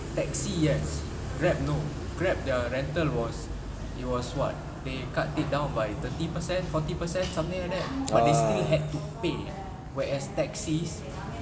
taxi yes Grab no Grab their rental was it was what they cut it down by thirty percent forty percent something like that but they still had to pay whereas taxis